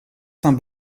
saint